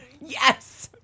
Yes